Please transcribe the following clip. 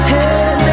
Hey